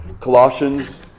Colossians